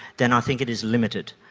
then i think it is limited.